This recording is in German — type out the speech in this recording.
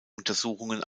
untersuchungen